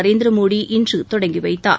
நரேந்திரமோடி இன்று தொடங்கி வைத்தார்